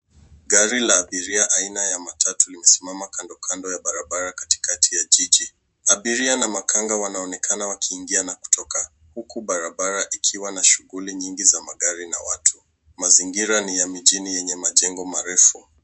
Gari la abiria aina ya matatu imesimama kando kando ya barabara katikati ya jiji. Abiria na makanga wanaonekana wakiingia na kutoka, huku barabara ikiwa na shughuli mingi za magari na watu. Mazingira ni ya mijini yenye majengo marefu.